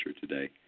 today